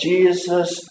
Jesus